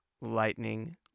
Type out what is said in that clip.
Lightning